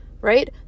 right